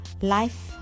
Life